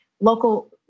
local